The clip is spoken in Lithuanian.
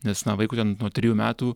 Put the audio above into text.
nes na vaikui ten nuo trijų metų